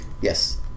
Yes